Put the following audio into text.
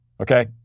okay